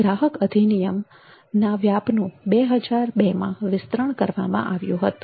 ગ્રાહક અધિનિયમના વ્યાપનુ 2002માં વિસ્તરણ કરવામાં આવ્યું હતું